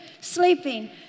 Sleeping